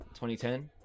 2010